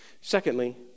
Secondly